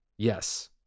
Yes